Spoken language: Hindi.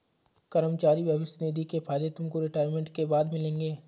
कर्मचारी भविष्य निधि के फायदे तुमको रिटायरमेंट के बाद मिलेंगे